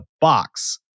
box